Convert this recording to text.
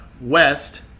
west